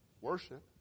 worship